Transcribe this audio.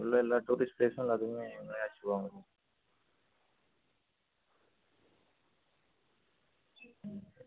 இல்லை எல்லா டூரிஸ்ட் பிளேஸ்ஸும் எல்லாத்துக்குமே இவர்களே அழைச்சிட்டு போவாங்க சரி